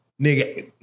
nigga